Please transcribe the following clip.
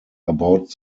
about